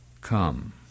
come